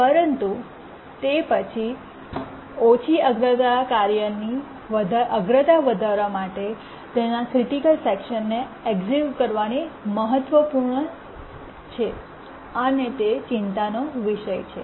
પરંતુ તે પછી ઓછી અગ્રતાની કાર્યની અગ્રતા વધારવા માટે તેના ક્રિટિકલ સેકશન ને એક્સિક્યૂટ કરવાની મહત્વપૂર્ણ છે અને તે ચિંતાનો વિષય છે